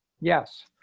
Yes